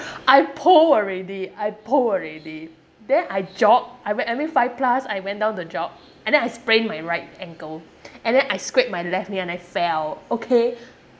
I poll already I poll already then I jog I went I mean five plus I went down the jog and then I sprained my right ankle and then I scraped my left knee and I fell okay